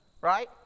right